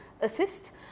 assist